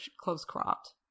close-cropped